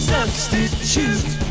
Substitute